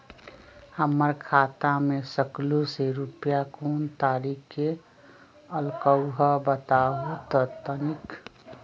हमर खाता में सकलू से रूपया कोन तारीक के अलऊह बताहु त तनिक?